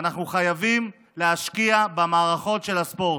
ואנחנו חייבים להשקיע במערכות של הספורט.